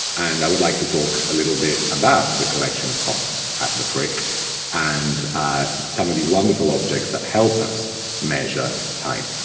and i would like to talk a little bit about the collection of clocks at the frick and some of these wonderful objects that help us measure time.